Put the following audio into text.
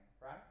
right